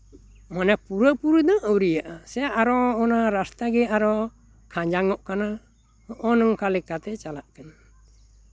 ᱢᱟᱱᱮ ᱯᱩᱨᱟᱹ ᱯᱩᱨᱤ ᱫᱚ ᱟᱹᱣᱨᱤᱭᱟᱜᱼᱟ ᱥᱮ ᱟᱨᱚ ᱚᱱᱟ ᱨᱟᱥᱛᱟᱜᱮ ᱟᱨᱚ ᱠᱷᱟᱸᱡᱟᱝ ᱚᱜ ᱠᱟᱱᱟ ᱦᱚᱜᱼᱚᱭ ᱱᱚᱝᱠᱟ ᱞᱮᱠᱟᱛᱮ ᱪᱟᱞᱟᱜ ᱠᱟᱱᱟ